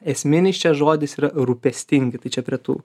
esminis čia žodis yra rūpestingi tai čia prie tų